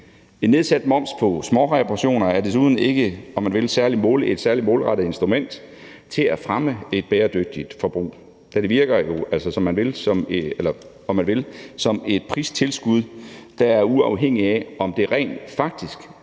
En nedsat moms på småreparationer er desuden ikke et særlig målrettet instrument til at fremme et bæredygtigt forbrug, da det, om man vil, virker som et pristilskud, der er uafhængigt af, om det rent faktisk